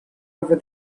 over